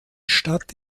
stadt